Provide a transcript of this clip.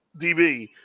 DB